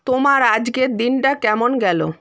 তোমার আজকের দিনটা কেমন গেল